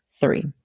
Three